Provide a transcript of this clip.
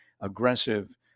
aggressive